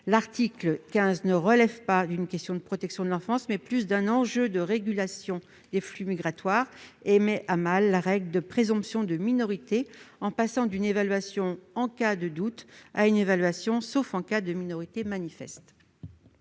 L'article 15, de plus, ne relève pas d'une question de protection de l'enfance, mais davantage d'un enjeu de régulation des flux migratoires. Il met à mal la règle de présomption de minorité en nous faisant passer d'une évaluation « en cas de doute » à une évaluation généralisée, sauf en cas de minorité manifeste.